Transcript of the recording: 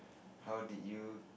how did you